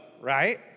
right